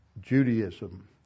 Judaism